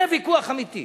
זה ויכוח אמיתי,